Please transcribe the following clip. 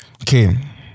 Okay